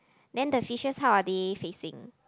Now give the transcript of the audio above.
then the fishes how are they facing